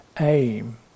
aim